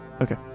okay